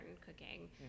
cooking